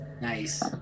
Nice